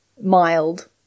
mild